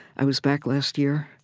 i was back last year.